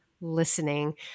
listening